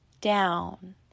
down